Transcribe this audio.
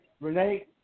Renee